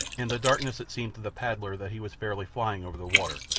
in the darkness it seemed to the paddler that he was fairly flying over the water,